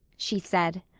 she said.